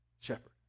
shepherd